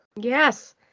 Yes